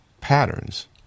patterns